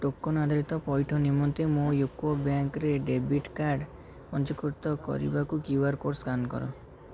token ଆଧାରିତ ପଇଠ ନିମନ୍ତେ ମୁଁ ୟୁକୋ ବ୍ୟାଙ୍କ୍ ର ଡେବିଟ୍ କାର୍ଡ଼୍ ପଞ୍ଜୀକୃତ କରିବାକୁ କ୍ୟୁଆର୍ କୋଡ଼୍ ସ୍କାନ୍ କର